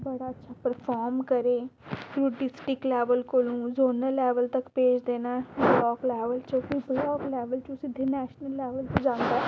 बड़ा अच्छा परफार्म करै डिस्ट्रिक्ट लैवल कोलू जोनल लैवल तक भेजदे न ब्लाक लैवल च ब्लाक लैवल च नैशनल लैवल च जंदा ऐ